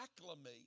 acclimate